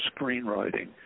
screenwriting